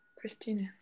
christina